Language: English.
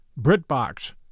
BritBox